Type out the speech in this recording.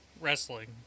wrestling